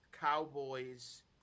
Cowboys